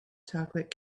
chocolate